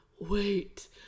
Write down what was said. wait